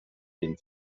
den